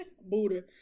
Buddha